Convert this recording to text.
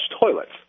toilets